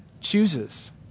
chooses